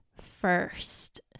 first